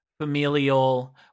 familial